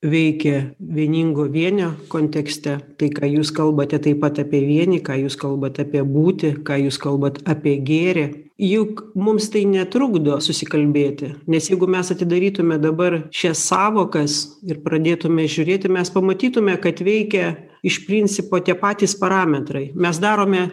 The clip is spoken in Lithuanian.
veikia vieningo vienio kontekste tai ką jūs kalbate taip pat apie vienį ką jūs kalbat apie būtį ką jūs kalbat apie gėrį juk mums tai netrukdo susikalbėti nes jeigu mes atidarytume dabar šias sąvokas ir pradėtume žiūrėti mes pamatytume kad veikia iš principo tie patys parametrai mes darome